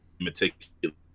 meticulous